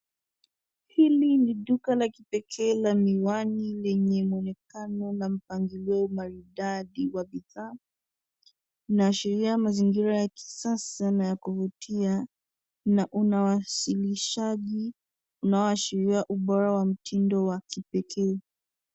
Hili ni duka la kipekee la miwani lenye mwonekano na mpangilio maridadi wa bidhaa. Inaashiria mazingira ya kisasa na ya kuvutia na unawasilishaji unaoshiria ubora wa mtindo wa kipekee.